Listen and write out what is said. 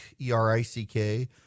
E-R-I-C-K